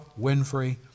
Winfrey